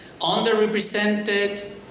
underrepresented